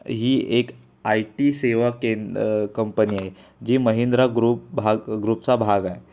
ही एक I T सेवा केंद्र कंपनी आहे जी महिंद्रा ग्रुप भाग ग्रुपचा भाग आहे